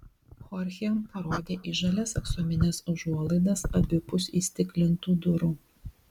chorchė parodė į žalias aksomines užuolaidas abipus įstiklintų durų